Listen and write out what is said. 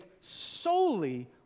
solely